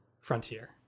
frontier